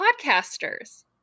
Podcasters